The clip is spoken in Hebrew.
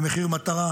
ומחיר מטרה,